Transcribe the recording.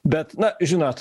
bet na žinot